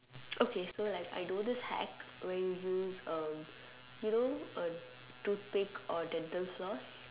okay so like I do this hack where you use uh you know a tooth paste or dental floss